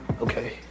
okay